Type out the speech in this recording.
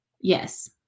Yes